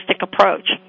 approach